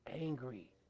angry